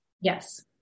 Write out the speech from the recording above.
Yes